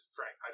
Frank